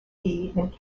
and